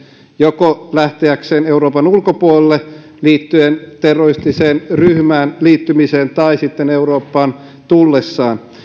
joko lähteäkseen euroopan ulkopuolelle liittyen terroristiseen ryhmään liittymiseen tai sitten eurooppaan tullessaan